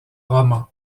roman